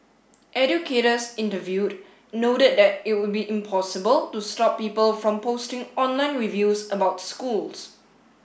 educators interviewed noted that it would be impossible to stop people from posting online reviews about schools